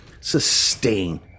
sustain